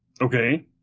Okay